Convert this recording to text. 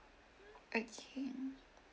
okay mm